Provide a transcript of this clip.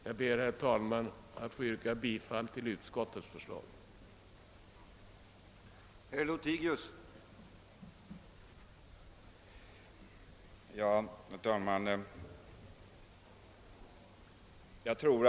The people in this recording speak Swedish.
Jag ber, herr talman, att få yrka bifall till utskottets förslag om avslag på motionen.